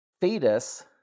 fetus